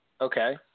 Okay